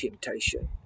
temptation